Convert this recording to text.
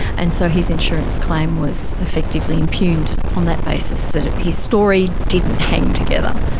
and so his insurance claim was effectively impugned on that basis, that his story didn't hang together.